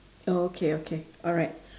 okay okay alright